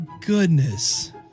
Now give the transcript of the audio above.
goodness